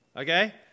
okay